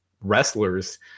wrestlers